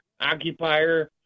occupier